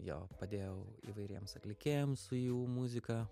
jo padėjau įvairiems atlikėjams su jų muzika